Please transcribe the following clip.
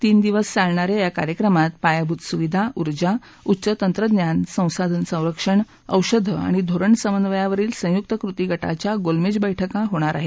तीन दिवस चालणा या या कार्यक्रमात पायाभूत सुविधा ऊर्जा उच्च तंत्रज्ञान संसाधन संरक्षण औषधं आणि धोरण समन्वयावरील संयुक्त कृती गटाच्या गोलमेज बैठका होणार आहेत